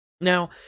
Now